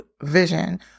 vision